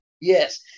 Yes